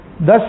Thus